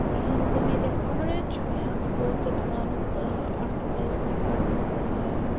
in the media coverage, we have quoted one of the articles regarding the